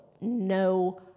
no